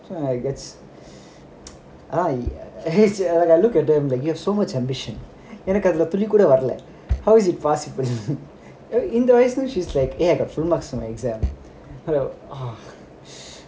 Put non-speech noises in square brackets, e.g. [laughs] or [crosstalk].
so it's I I hate it I look at them like you have so much ambition எனக்கு அதுல துளி கூட வரல:enaku adhula thuli kooda varla how is it possible இந்த வயசுலயே:intha vayasulaye she's like eh I got full marks for my exam [laughs]